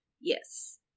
Yes